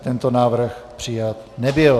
Tento návrh přijat nebyl.